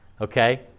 Okay